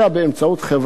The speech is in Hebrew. "בינת תקשורת".